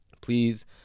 please